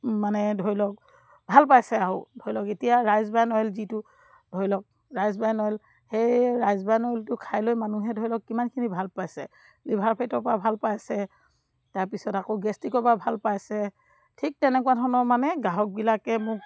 মানে ধৰি লওক ভাল পাইছে আৰু ধৰি লওক এতিয়া ৰাইচ ব্ৰেন অইল যিটো ধৰি লওক ৰাইচ ব্ৰেন অইল সেই ৰাইচ ব্ৰেন অইলটো খাই লৈ মানুহে ধৰি লওক কিমানখিনি ভাল পাইছে লিভাৰ ফেটৰপৰা ভাল পাইছে তাৰপিছত আকৌ গেষ্ট্ৰিকৰপৰা ভাল পাইছে ঠিক তেনেকুৱা ধৰণৰ মানে গ্ৰাহকবিলাকে মোক